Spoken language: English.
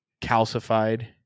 calcified